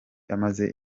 amaze